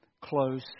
close